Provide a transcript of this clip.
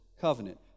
covenant